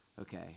Okay